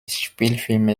spielfilme